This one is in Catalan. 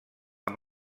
amb